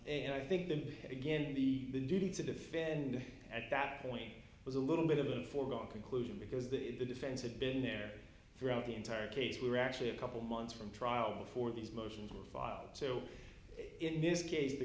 and i think then again the duty to defend at that point was a little bit of a foregone conclusion because that the defense had been there throughout the entire case were actually a couple months from trial before these motions were filed so in this case the